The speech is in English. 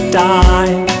die